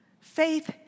Faith